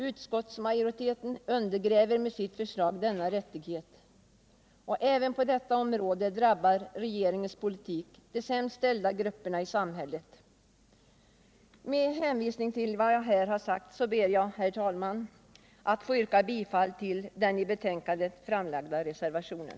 Utskottsmajoriteten undergräver med sitt förslag denna rättighet, och även på detta område drabbar regeringens politik de sämst ställda grupperna i samhället. Med hänvisning till vad jag här sagt ber jag, herr talman, att få yrka bifall till den med anledning av betänkandet framlagda reservationen.